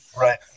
Right